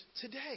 today